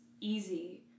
easy